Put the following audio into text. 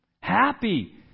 happy